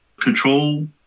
control